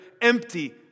empty